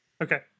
Okay